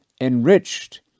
enriched